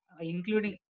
including